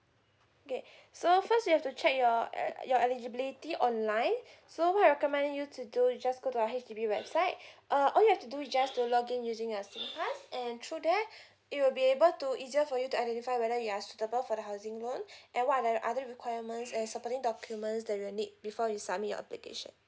okay so first you have to check your el~ your eligibility online so what I recommend you to do is just go to our H_D_B website uh all you have to do is just to login using your singpass and through there you will be able to easier for you to identify whether you are suitable for the housing loan and what other other requirements as supporting documents that you need before you submit your application